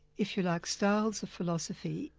if you like, styles of philosophy,